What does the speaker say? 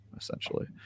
essentially